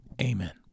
amen